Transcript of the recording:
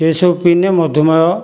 ଏହି ସବୁ ପିଇଲେ ମଧୁମେହ